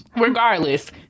regardless